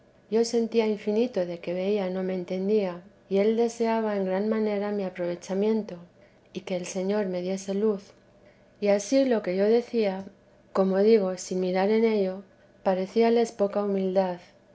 yo sentía infinito de que veía no me entendía y él deseaba en gran manera mi aprovechamiento y que el señor me diese luz y ansí lo que yo decía teresa de como digo sin mirar en ello parecíales poca humildad